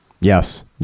Yes